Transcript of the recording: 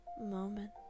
moment